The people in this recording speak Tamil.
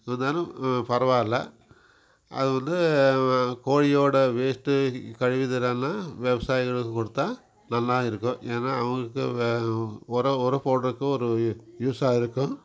இருந்தாலும் பரவாயில்ல அது வந்து கோழியோடய வேஸ்ட்டு கழிவு எல்லாம் விவசாயிகளுக்கு கொடுத்தா நல்லா இருக்கும் ஏன்னா அவுங்களுக்கு உரோம் உரோம் போடுறக்கு ஒரு யூஸாக இருக்கும்